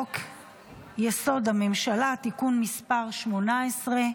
הצעת חוק-יסוד: הממשלה (תיקון מס' 18)